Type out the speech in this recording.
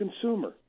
consumer